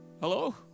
Hello